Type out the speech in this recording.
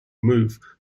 move